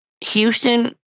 Houston